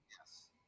Yes